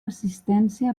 assistència